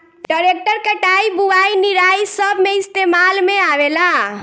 tractor कटाई, बुवाई, निराई सब मे इस्तेमाल में आवेला